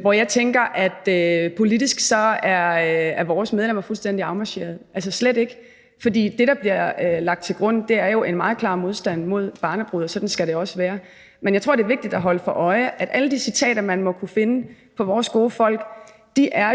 hvor jeg tænker, at vores medlemmer politisk er fuldstændig galt afmarcheret, slet ikke. For det, der bliver lagt til grund, er jo en meget klar modstand imod barnebrude, og sådan skal det også være. Men jeg tror, det er vigtigt at holde sig for øje, at alle de citater, man må kunne finde fra vores gode folk,